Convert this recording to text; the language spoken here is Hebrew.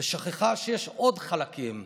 ושכחה שיש עוד חלקים,